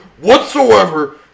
whatsoever